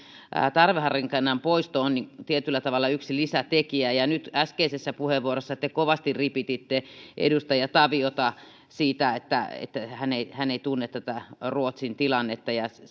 tarveharkinnan poisto on tietyllä tavalla yksi lisätekijä ja nyt äskeisessä puheenvuorossa te kovasti ripititte edustaja taviota siitä että että hän ei hän ei tunne tätä ruotsin tilannetta ja sitä